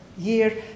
year